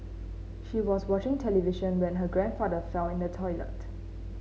she was watching television when her grandfather fell in the toilet